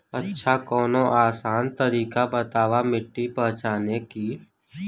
अच्छा कवनो आसान तरीका बतावा मिट्टी पहचाने की?